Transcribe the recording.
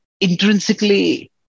intrinsically